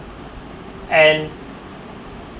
and